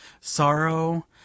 sorrow